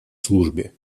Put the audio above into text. службе